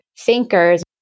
thinkers